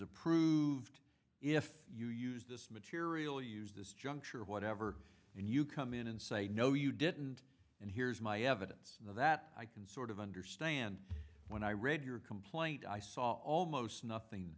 approved if you use this material use this juncture or whatever and you come in and say no you didn't and here's my evidence that i can sort of understand when i read your complaint i saw almost nothing